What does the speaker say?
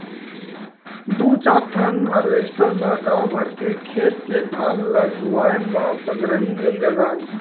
दू चार ठन हारवेस्टर म गाँव भर के खेत के धान ल लुवाए म पंदरही नइ लागय